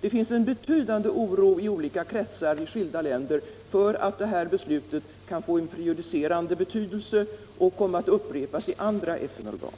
Det finns en betydande oro i olika kretsar i skilda länder för att det här beslutet kan få en prejudicerande betydelse och komma att upprepas i andra FN-organ.